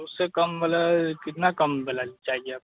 उससे कम मल्लब कितना कम वाला चाहिए आपको